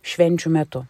švenčių metu